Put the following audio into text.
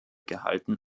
gehalten